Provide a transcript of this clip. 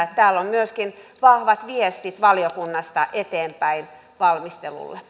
tällä on myöskin vahvat viestit valiokunnasta eteenpäin valmistelulle